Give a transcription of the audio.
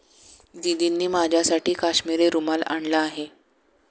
दीदींनी माझ्यासाठी काश्मिरी रुमाल आणला आहे